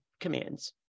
commands